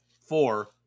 four